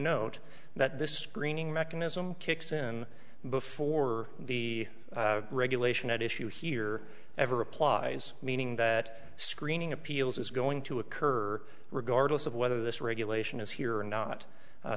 note that this screening mechanism kicks in before the regulation at issue here ever applies meaning that screening appeals is going to occur regardless of whether this regulation is here or not